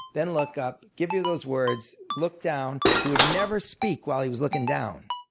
then look up, give you those words, look down. he would never speak while he was looking down.